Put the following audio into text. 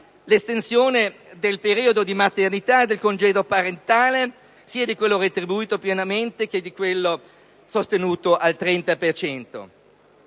l'estensione del periodo di maternità e del congedo parentale, sia di quello retribuito pienamente che di quello del 30